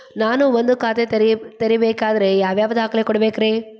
ನಾನ ಒಂದ್ ಖಾತೆ ತೆರಿಬೇಕಾದ್ರೆ ಯಾವ್ಯಾವ ದಾಖಲೆ ಕೊಡ್ಬೇಕ್ರಿ?